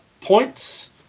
points